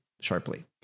sharply